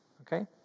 okay